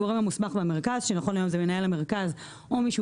הגורם המוסמך במרכז שנכון להיום הוא מנהל המרכז או מי שהוא